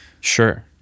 Sure